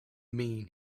mean